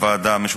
הוועדה המשותפת,